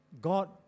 God